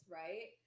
right